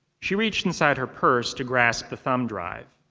she reached inside her purse to grasp the thumb drive.